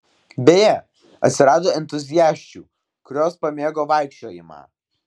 beje atsirado entuziasčių kurios pamėgo vaikščiojimą